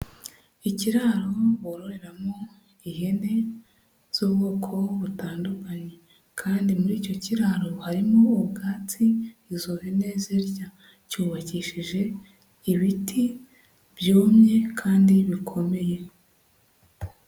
Ikiraro bororeramo ihene z'ubwoko butandukanye kandi muri icyo kiraro harimo ubwatsi izo hene zirya, cyubakishije ibiti byumye kandi bikomeye.